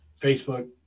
Facebook